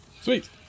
Sweet